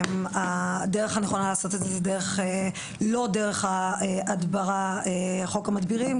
הדרך הנכונה לעשות את זה היא לא דרך חוק המדבירים,